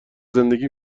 زندگی